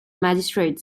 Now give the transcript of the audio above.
magistrate